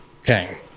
Okay